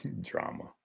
Drama